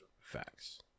Facts